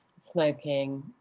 smoking